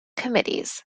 committees